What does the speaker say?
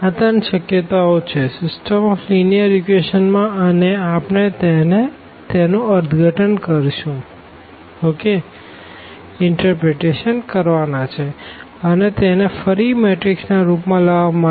તો આ ત્રણ શક્યતાઓ છે સીસ્ટમ ઓફ લીનીઅર ઇક્વેશંસમાં અને આપણે તેનું ઇનટરપ્રીટેશન કરશુંઅને તેને ફરી મેટ્રીક્સ ના રૂપ માં લાવવા માટે